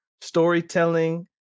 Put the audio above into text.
storytelling